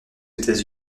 états